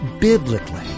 biblically